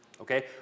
Okay